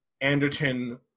Anderton